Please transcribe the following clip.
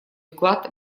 вклад